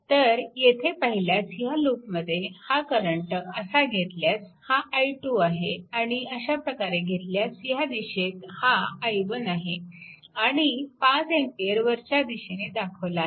तर येथे पाहिल्यास ह्या लूपमध्ये हा करंट असा घेतल्यास हा i2 आहे आणि अशा प्रकारे घेतल्यास ह्या दिशेत हा i1 आहे आणि 5A वरच्या दिशेने दाखवला आहे